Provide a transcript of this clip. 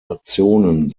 nationen